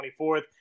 24th